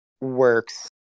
works